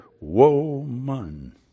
woman